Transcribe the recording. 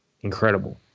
incredible